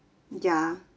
ya